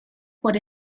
por